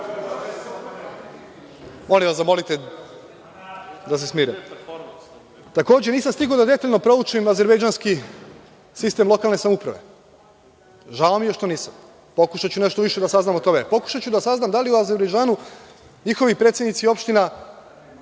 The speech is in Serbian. reda?)Molim vas, zamolite da se smire. Takođe, nisam stigao da detaljno proučim azerbejdžanski sistem lokalne samouprave. Žao mi je što nisam. Pokušaću nešto više da saznam o tome. Pokušaću da saznam da li u Azerbejdžanu njihovi predsednici opština